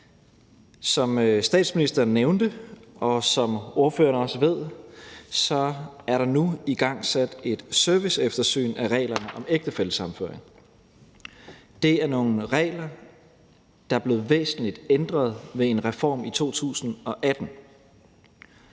Som statsministeren nævnte, og som ordføreren også ved, er der nu igangsat et serviceeftersyn af reglerne om ægtefællesammenføring. Det er nogle regler, der er blevet væsentligt ændret ved en reform i 2018.